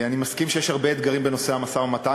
אני מסכים שיש הרבה אתגרים בנושא המשא-ומתן,